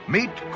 Meet